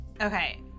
Okay